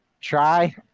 try